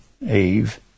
Eve